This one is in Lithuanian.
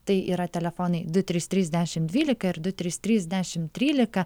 tai yra telefonai du trys trys dešimt dvylika ir du trys trys dešimt trylika